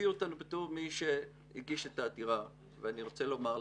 הביאו אותנו בתור מי שהגיש את העתירה ואני רוצה לומר לך,